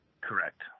correct